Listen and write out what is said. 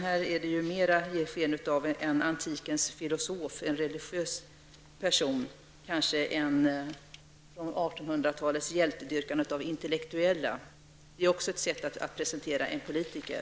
Här ger han mera sken av att vara en antikens filosof, en religiös person, ett uttryck för 1800-talets hjältedyrkan av intellektuella. Det är också ett sätt att presentera politiker.